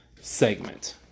segment